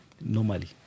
normally